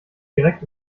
direkt